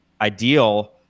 ideal